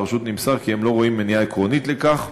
מהרשות נמסר כי הם לא רואים מניעה עקרונית לכך.